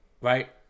right